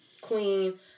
Queen